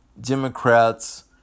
Democrats